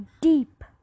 deep